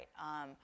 right